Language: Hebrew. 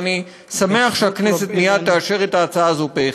ואני שמח שהכנסת מייד תאשר את ההצעה הזאת פה-אחד.